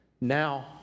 Now